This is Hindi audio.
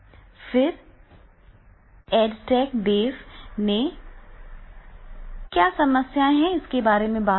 फिर एडटेक देव ने एमओओसी से क्या समस्या है इस बारे में बात की